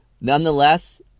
Nonetheless